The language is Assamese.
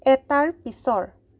এটাৰ পিছৰ